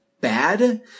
bad